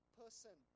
person